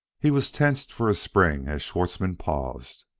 he was tensed for a spring as schwartzmann paused.